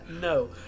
no